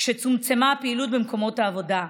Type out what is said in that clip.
כשצומצמה הפעילות במקומות העבודה.